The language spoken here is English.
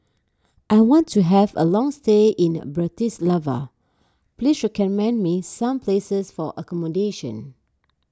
I want to have a long stay in the Bratislava please recommend me some places for accommodation